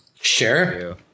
Sure